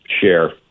share